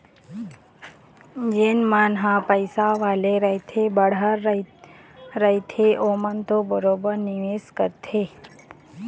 जेन मन ह पइसा वाले रहिथे बड़हर रहिथे ओमन तो बरोबर निवेस करथे